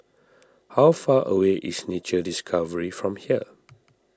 how far away is Nature Discovery from here